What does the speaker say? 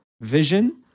Vision